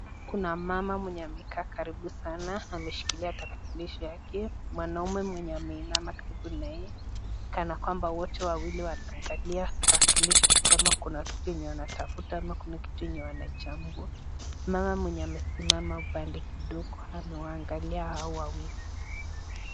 Kuna mama mwenye amekaa karibu sana ameshikilia tarakilishi yake, mwanaume mwenye ameinama karibu nayeye kana kwamba wote wawili wameangalia tarakilishi kama kuna kitu wanatafuta ama kitu wanaichambua. Mmama mwenye amesimama kando kidogo amewaangalia hao wawili.